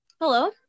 Hello